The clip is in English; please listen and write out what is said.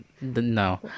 no